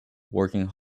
working